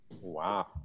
Wow